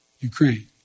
Ukraine